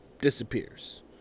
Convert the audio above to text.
disappears